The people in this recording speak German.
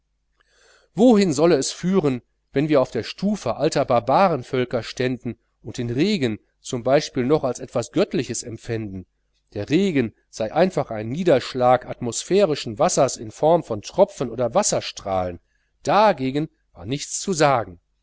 wohin sollte es führen wenn wir auf der stufe alter barbarenvölker ständen und den regen z b noch als etwas göttliches empfänden der regen sei einfach ein niederschlag atmosphärischen wassers in form von tropfen oder wasserstrahlen dagegen war nichts zu sagen